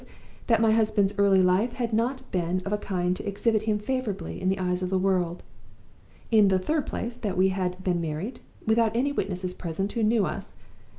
that my husband's early life had not been of a kind to exhibit him favorably in the eyes of the world in the third place, that we had been married, without any witnesses present who knew us,